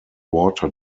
water